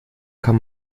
kann